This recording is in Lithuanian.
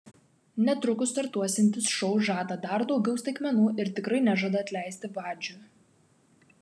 netrukus startuosiantis šou žada dar daugiau staigmenų ir tikrai nežada atleisti vadžių